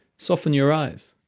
soften your eyes.